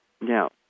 Now